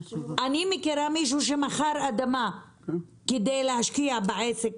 אני מכירה מישהו שמכר אדמה כדי להשקיע בעסק,